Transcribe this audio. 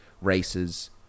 races